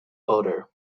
odour